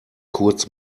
kurz